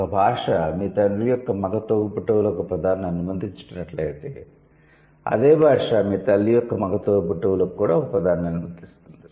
ఒక భాష మీ తండ్రి యొక్క మగ తోబుట్టువులకు ఒక పదాన్ని అనుమతించినట్లయితే అదే భాష మీ తల్లి యొక్క మగ తోబుట్టువులకు కూడా ఒక పదాన్ని అనుమతిస్తుంది